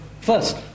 First